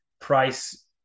price